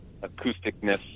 acousticness